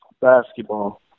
basketball